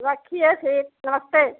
रखिए फिर नमस्ते